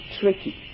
tricky